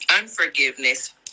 unforgiveness